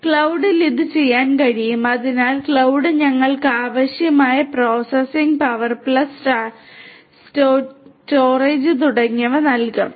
ക്ലൌഡിൽ ഇത് ചെയ്യാൻ കഴിയും അതിനാൽ ക്ലൌഡ് ഞങ്ങൾക്ക് ആവശ്യമായ പ്രോസസ്സിംഗ് പവർ പ്ലസ് സ്റ്റോറേജ് തുടങ്ങിയവ നൽകും